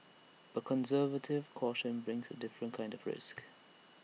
but conservative caution brings A different kind of risk